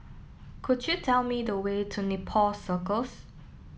could you tell me the way to Nepal Circus